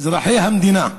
אזרחי המדינה הערבים,